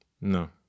No